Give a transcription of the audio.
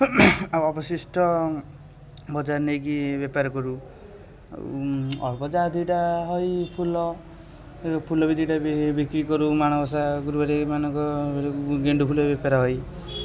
ଆଉ ଅବଶିଷ୍ଟ ବଜାରରେ ନେଇକି ବେପାର କରୁ ଆଉ ଅଳ୍ପ ଯାହା ଦୁଇଟା ହଇ ଫୁଲ ଫୁଲବି ଦୁଇଟା ବି ବିକ୍ରି କରୁ ମାଣବସା ଗୁରୁବାରମାନଙ୍କ ଗେଣ୍ଡୁ ଫୁଲ ବେପାର ହଇ